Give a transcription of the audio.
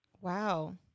wow